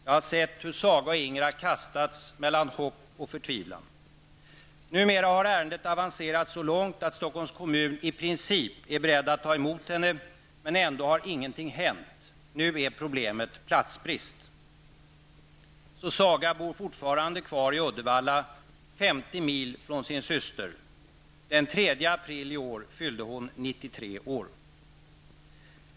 Jag har sett hur Saga och Inger har kastats mellan hopp och förtvivlan. Numera har ärendet avancerat så långt att Stockholms kommun i princip är beredd att ta emot henne, men ändå har ingenting hänt. Nu är problemet platsbrist. Så Saga bor fortfarande kvar i Uddevalla, 50 mil från sin dotter. Den 3 april i år fyllde hon 93 år.